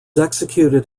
executed